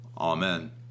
Amen